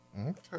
Okay